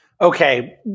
Okay